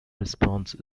response